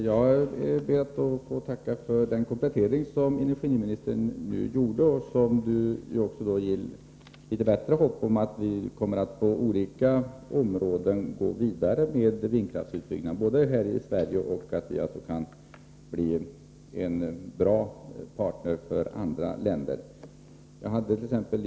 Herr talman! Jag ber att få tacka för den komplettering som energiministern gjorde och som ger litet bättre hopp om att vi på olika områden kommer att gå vidare med vindkraftsutbyggnad i Sverige och att vi kan bli en bra partner för andra länder.